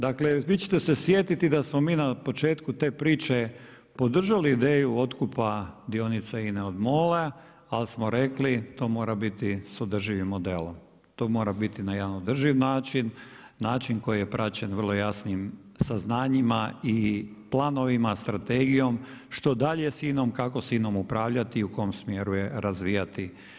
Dakle, vi ćete se sjetiti da smo mi na početku te priče podržali ideju otkupa dionica INA-e od MOL-a ali smo rekli to mora biti sa održivim modelom, to mora biti na jedan održiv način, način koji je praćen vrlo jasnim saznanjima i planovima, strategijom što dalje sa INA-om, kako sa INA-om upravljati i u kom smjeru je razvijati.